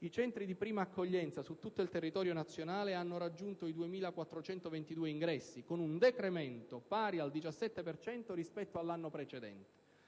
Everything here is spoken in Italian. I centri di prima accoglienza su tutto il territorio nazionale hanno raggiunto i 2.422 ingressi, con un decremento pari al 17 per cento rispetto all'anno precedente.